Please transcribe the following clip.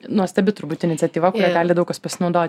nuostabi turbūt iniciatyva kuria gali daug kas pasinaudoti